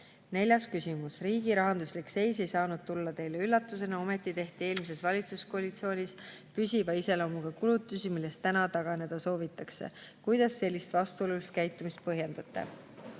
Neljas küsimus: "Riigi rahanduslik seis ei saanud tulla Teile üllatusena, ometi tehti eelmises valitsuskoalitsioonis püsiva iseloomuga kulutusi, millest täna taganeda soovitakse […]. Kuidas Te sellist vastuolulist käitumist põhjendate?"